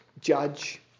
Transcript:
judge